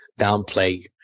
downplay